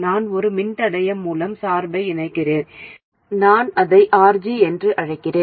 நான் ஒரு மின்தடையம் மூலம் சார்பை இணைக்கிறேன் நான் அதை RG என்று அழைக்கிறேன்